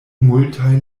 multaj